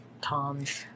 Tom's